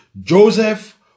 Joseph